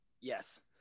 Yes